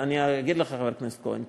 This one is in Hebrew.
אני אגיד לך, חבר הכנסת כהן.